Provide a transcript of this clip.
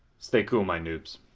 stay cool my noobs!